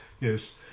yes